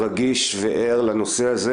רגיש וער לנושא הזה.